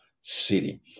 city